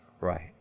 right